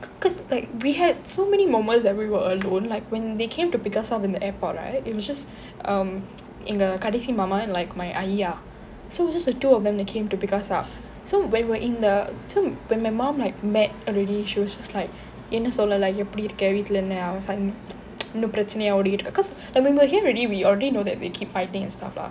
cause like we had so many moments that we were alone like when they came to pick us up in the airport right it was just um எங்க கடைசி மாமா:yenga kadaisi maama and like my அய்யா:ayya ah so it was just the two of them that the came to pick us up so when we're in the so when my mom like met already she was just like என்ன சொல்ல எப்படி இருக்கே வீட்டுலே என்ன இன்னும் பிரச்னையை ஓடிக்கிட்டு:enna solla eppadi irukke veettule enna innum prachanaiya odikittu cause like when we were here already we already know that they keep fighting and stuff lah